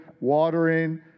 watering